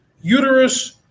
uterus